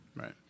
Right